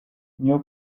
new